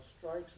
strikes